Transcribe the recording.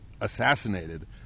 assassinated